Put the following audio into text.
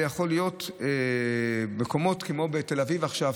זה יכול להיות במקומות כמו תל אביב עכשיו,